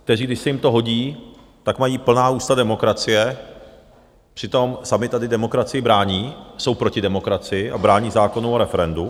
Když se jim to hodí, tak mají plná ústa demokracie, přitom sami tady demokracii brání, jsou proti demokracii a brání zákonu o referendu.